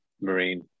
Marine